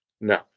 No